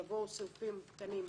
יבוא "סעיפים קטנים (ב)